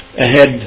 ahead